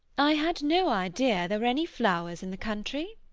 i had no idea there were any flowers in the country.